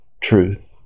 truth